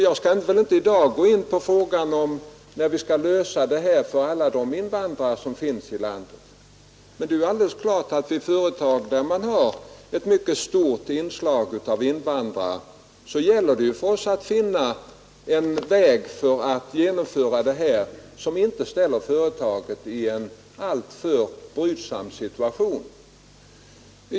Jag skall inte i dag gå in på frågan om när vi skall lösa språkundervisningsproblemet för alla de invandrare som finns i landet, men det är alldeles klart att i vad avser företag där man har ett mycket stort inslag av invandrare gäller det för oss att finna en metod som inte ställer företaget i en alltför brydsam situation.